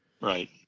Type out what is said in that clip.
Right